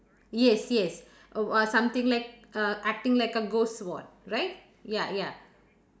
yes yes uh something like uh acting like a ghost one right ya ya